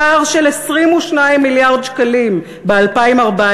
פער של 22 מיליארד שקלים ב-2014,